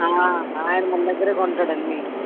ఆయన మన దగ్గరే కొంటాడు అన్నీ